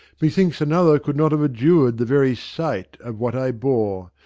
methinks another could not have endured the very sight of what i bore.